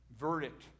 verdict